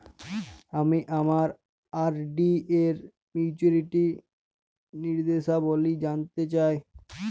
আমি আমার আর.ডি এর মাচুরিটি নির্দেশাবলী জানতে চাই